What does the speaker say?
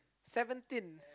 seventeen